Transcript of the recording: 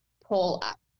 pull-up